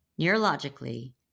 Neurologically